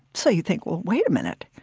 so you think, well, wait a minute.